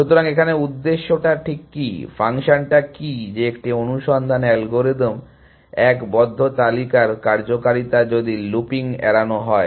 সুতরাং এখানে উদ্দেশ্যটা ঠিক কি ফাংশনটা কি যে একটি অনুসন্ধান অ্যালগরিদম এক বদ্ধ তালিকার কার্যকারিতা যদি লুপিং এড়ানো হয়